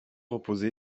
reposaient